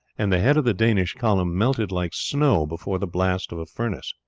and the head of the danish column melted like snow before the blast of a furnace.